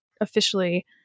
officially